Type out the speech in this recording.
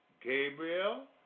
Gabriel